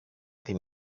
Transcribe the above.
την